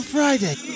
Friday